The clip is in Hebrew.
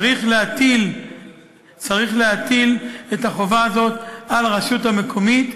צריך להטיל את החובה הזאת על הרשות המקומית,